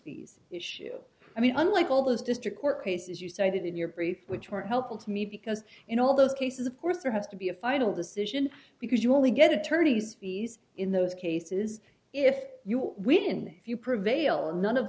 fees issue i mean like all those district court cases you say that in your brief which are helpful to me because in all those cases of course there has to be a final decision because you only get attorney's fees in those cases if you win if you prevail none of